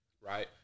Right